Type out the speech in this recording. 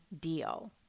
deal